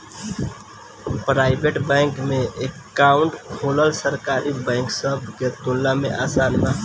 private bank में account खोलल सरकारी बैंक सब के तुलना में आसान बा